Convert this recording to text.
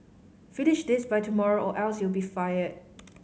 finish this by tomorrow or else you'll be fired